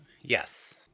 Yes